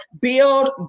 build